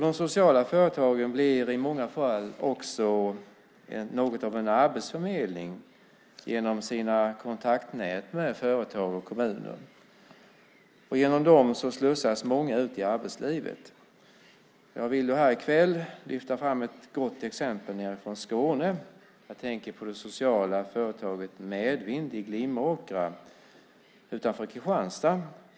De sociala företagen blir i många fall också något av en arbetsförmedling genom sina kontaktnät med företag och kommuner. Genom dem slussas många ut i arbetslivet. Jag vill här i kväll lyfta fram ett gott exempel nedifrån Skåne. Jag tänker på det sociala företaget Medvind i Glimåkra utanför Kristianstad.